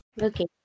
Okay